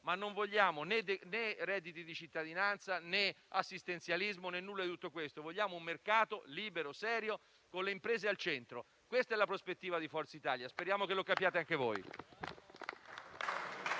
ma non vogliamo redditi di cittadinanza, assistenzialismo, nulla di tutto questo. Vogliamo un mercato libero e serio che metta al centro le imprese. Questa è la prospettiva di Forza Italia; speriamo lo capiate anche voi.